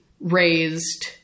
raised